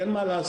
אין מה לעשות,